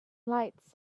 lights